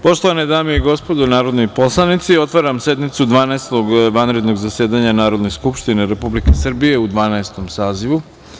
Poštovane dame i gospodo narodni poslanici, otvaram sednicu Dvanaestog vanrednog zasedanja Narodne skupštine Republike Srbije u Dvanaestom sazivu.